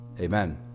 Amen